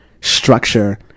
structure